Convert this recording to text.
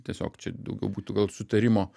tiesiog čia daugiau būtų gal sutarimo